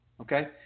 Okay